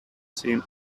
seem